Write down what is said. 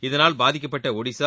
இதனால் பாதிக்கப்பட்ட ஒடிசா